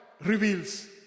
reveals